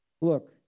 Look